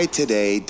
today